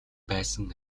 байсан